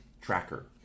tracker